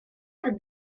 этот